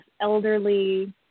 elderly